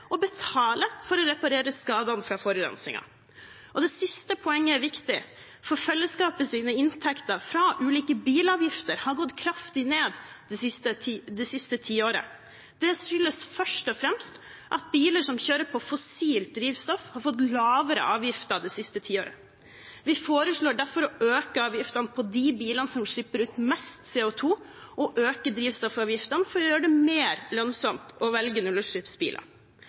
og betale for å reparere skadene fra forurensningen. Det siste poenget er viktig, for fellesskapets inntekter fra ulike bilavgifter har gått kraftig ned det siste tiåret. Det skyldes først og fremst at biler som kjører på fossilt drivstoff, har fått lavere avgifter det siste tiåret. Vi foreslår derfor å øke avgiftene på de bilene som slipper ut mest CO 2 , og å øke drivstoffavgiftene for å gjøre det mer lønnsomt å velge nullutslippsbiler.